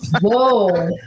Whoa